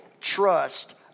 trust